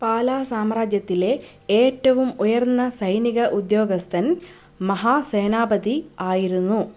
പാല സാമ്രാജ്യത്തിലെ ഏറ്റവും ഉയർന്ന സൈനിക ഉദ്യോഗസ്ഥൻ മഹാസേനാപതി ആയിരുന്നു